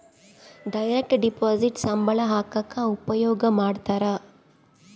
direct deposit ಸಂಬಳ ಹಾಕಕ ಉಪಯೋಗ ಮಾಡ್ತಾರ